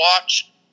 watch